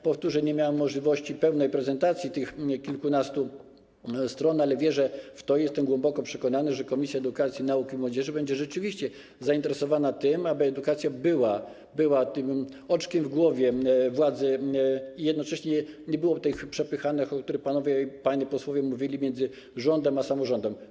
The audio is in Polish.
Powtórzę: nie miałem możliwości pełnej prezentacji tych kilkunastu stron, ale wierzę w to, jestem głęboko przekonany, że Komisja Edukacji, Nauki i Młodzieży będzie rzeczywiście zainteresowana tym, aby edukacja była tym oczkiem w głowie władzy i jednocześnie nie było tych przepychanek, o których panowie i panie posłowie mówili, między rządem a samorządem.